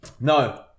No